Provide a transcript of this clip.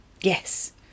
Yes